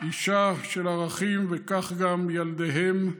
אישה של ערכים, וכך גם ילדיהם,